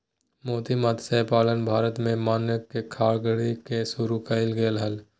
मोती मतस्य पालन भारत में मन्नार के खाड़ी में शुरु कइल गेले हल